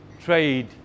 trade